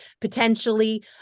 potentially